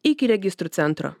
iki registrų centro